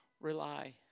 rely